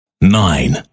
nine